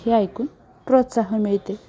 हे ऐकून प्रोत्साहन मिळते